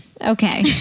Okay